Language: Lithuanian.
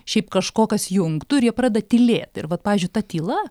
šiaip kažko kas jungtų ir jie pradeda tylėt ir vat pavyzdžiui ta tyla